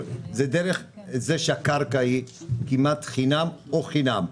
זה דרך זה שהקרקע היא כמעט חינם או חינם,